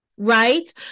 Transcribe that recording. Right